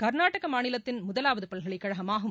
க்நாடக மாநிலத்தின் முதலாவது பல்கலைக்கழகமாகும்